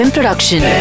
Production